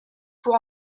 pour